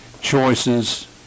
choices